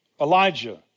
Elijah